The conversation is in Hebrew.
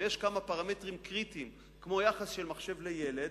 ויש כמה פרמטרים קריטיים כמו יחס של מחשב לילד,